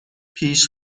پیش